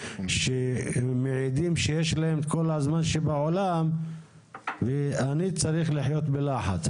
שהם מעידים שיש להם את כל הזמן שבעולם ואני צריך לחיות בלחץ.